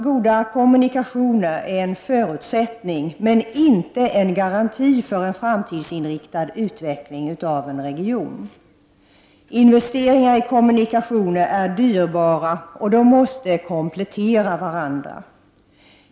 Goda kommunikationer är en förutsättning men inte en garanti för en framtidsinriktad utveckling av en region. Investeringar i kommunikationer är dyrbara, och de måste komplettera varandra.